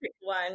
one